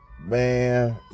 Man